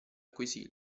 acquisì